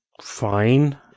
fine